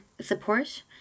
support